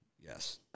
Yes